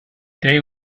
day